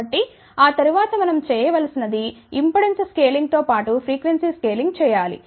కాబట్టి ఆ తరువాత మనం చేయవలసినది ఇంపెడెన్స్ స్కేలింగ్తో పాటు ఫ్రీక్వెన్సీ స్కేలింగ్ చేయాలి